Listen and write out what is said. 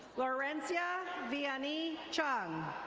gorencia vianee chung.